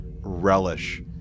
relish